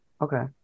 okay